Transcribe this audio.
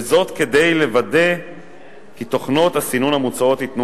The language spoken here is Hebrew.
וזאת כדי לוודא כי תוכנות הסינון המוצעות ייתנו